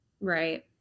Right